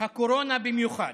הקורונה במיוחד.